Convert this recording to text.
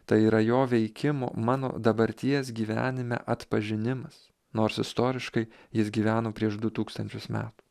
tai yra jo veikimo mano dabarties gyvenime atpažinimas nors istoriškai jis gyveno prieš du tūkstančius metų